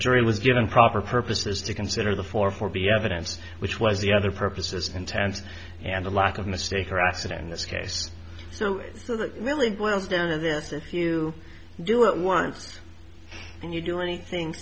jury was given proper purposes to consider the four for be evidence which was the other purposes of intent and a lack of mistake or accident in this case so that really boils down to this is to do it once and you do anything